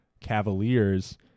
Cavaliers